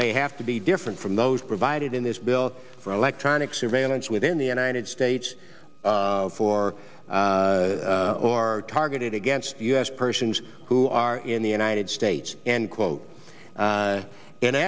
may have to be different from those provided in this bill for electronic surveillance within the united states for or targeted against u s persons who are in the united states and quote